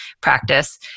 practice